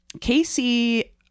Casey